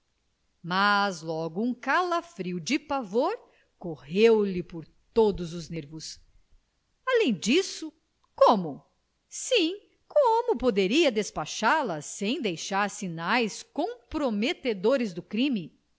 mas logo um calafrio de pavor correu-lhe por todos os nervos além disso como sim como poderia despachá la sem deixar sinais comprometedores do crime